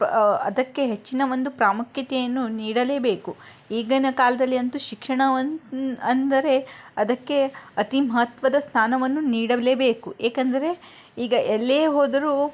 ಪ ಅದಕ್ಕೆ ಹೆಚ್ಚಿನ ಒಂದು ಪ್ರಾಮುಖ್ಯತೆಯನ್ನು ನೀಡಲೇಬೇಕು ಈಗಿನ ಕಾಲದಲ್ಲಿ ಅಂತೂ ಶಿಕ್ಷಣ ಒನ್ ಅಂದರೆ ಅದಕ್ಕೆ ಅತೀ ಮಹತ್ವದ ಸ್ಥಾನವನ್ನು ನೀಡಲೇಬೇಕು ಏಕಂದರೆ ಈಗ ಎಲ್ಲೇ ಹೋದರೂ